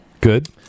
Good